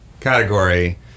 category